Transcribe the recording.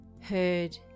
heard